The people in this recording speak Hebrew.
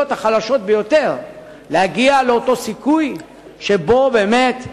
החלשות ביותר להגיע לאותו סיכוי שבו באמת,